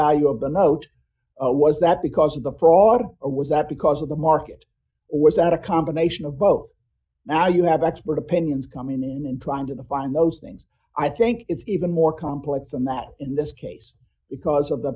value of the note was that because of the prawer or was that because of the market or was that a combination of both now you have expert opinions coming in and trying to find those things i think it's even more complex than that in this case because of the